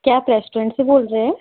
क्या आप रेस्टोरेंट से बोल रहें